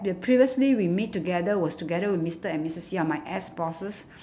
the previously we meet together was together with mister and missus yam my ex-bosses